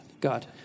God